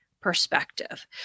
perspective